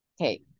Okay